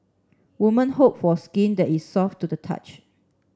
woman hope for skin that is soft to the touch